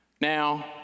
Now